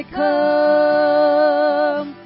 come